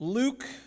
Luke